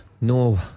no